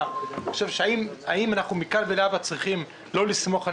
האם מכאן ולהבא אנחנו צריכים לא לסמוך על